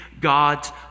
God's